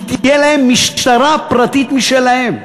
תהיה להן משטרה פרטית משלהן.